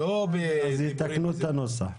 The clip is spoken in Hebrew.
אז יתקנו את הנוסח.